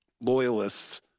loyalists